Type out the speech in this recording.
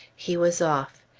he was off.